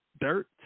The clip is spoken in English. dirt